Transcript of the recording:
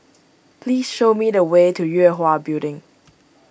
please show me the way to Yue Hwa Building